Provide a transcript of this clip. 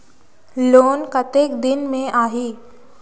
Loan कतेक दिन मे आही?